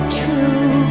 true